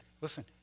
Listen